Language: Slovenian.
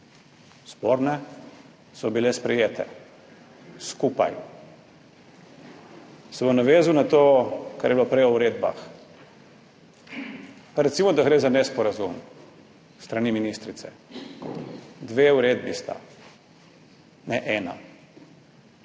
sporne, so bile sprejete skupaj. Se bom navezal na to, kar je bilo prej v uredbah. Pa recimo, da gre za nesporazum s strani ministrice. Dve uredbi sta, ne ena.